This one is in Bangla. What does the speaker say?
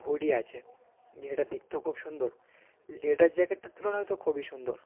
হুডি আছে যেটা দেখতেও খুব সুন্দর লেদার জ্যাকেটটার তুলনায় তো খুবই সুন্দর